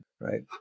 right